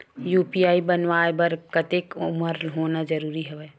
UPI बनवाय बर कतेक उमर होना जरूरी हवय?